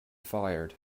fired